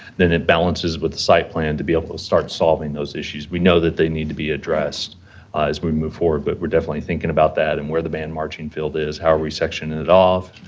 then it balances with the site plan to be able to start solving those issues. we know that they need to be addressed as we move forward, but we're definitely thinking about that and where the band marching field is. how are we sectioning it off,